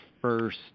first